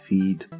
Feed